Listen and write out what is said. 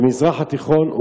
במזרח התיכון,